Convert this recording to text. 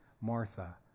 Martha